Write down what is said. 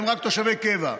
הם רק תושבי קבע.